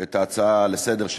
את ההצעה לסדר-היום,